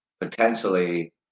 Potentially